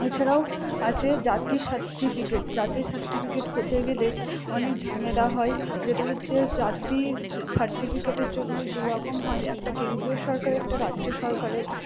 এছাড়াও আছে জাতি সার্টিফিকেট জাতি সার্টিফিকেট পেতে গেলে অনেক ঝামেলা হয় যেটা হচ্ছে জতির সার্টিফিকেটের জন্য দুরকম হয় একটা কেন্দ্র সরকারের একটা রাজ্য সরকারের